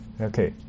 Okay